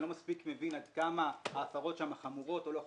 אני לא מספיק מבין עד כמה ההפרות שם חמורות או לא חמורות.